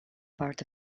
part